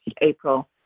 April